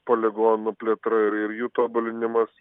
poligonų plėtra ir ir jų tobulinimas